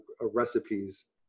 recipes